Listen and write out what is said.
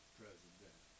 president